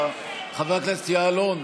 חבר הכנסת יעלון,